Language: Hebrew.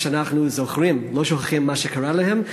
ושאנחנו זוכרים ולא שוכחים מה קרה להם,